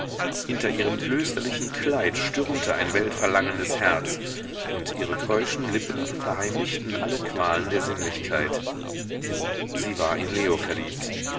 hinter ihrem klösterlichen kleid stürmte ein weltverlangendes herz und ihre keuschen lippen verheimlichten alle qualen der sinnlichkeit sie war in leo verliebt